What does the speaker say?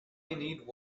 need